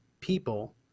people